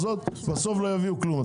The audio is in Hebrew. בסוף לא יגידו כלום.